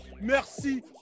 Merci